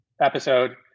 episode